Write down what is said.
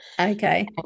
Okay